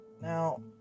Now